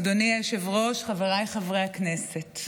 אדוני היושב-ראש, חבריי חברי הכנסת,